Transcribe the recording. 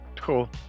cool